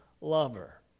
lover